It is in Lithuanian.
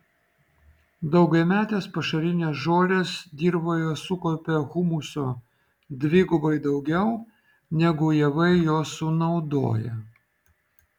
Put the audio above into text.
daugiametės pašarinės žolės dirvoje sukaupia humuso dvigubai daugiau negu javai jo sunaudoja